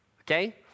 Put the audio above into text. Okay